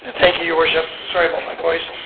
and thank you, your worship. sorry about my voice,